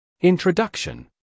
Introduction